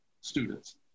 students